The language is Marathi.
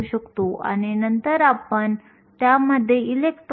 तर तापमान 300 केल्विन आहे जर आपण हे केले तर v थर्मल 1